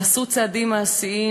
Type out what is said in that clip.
נעשו צעדים מעשיים,